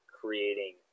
creating